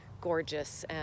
gorgeous